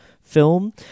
film